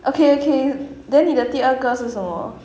okay okay then 你的第二个是什么